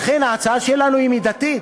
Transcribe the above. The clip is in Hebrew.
לכן ההצעה שלנו היא מידתית.